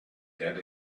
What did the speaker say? dead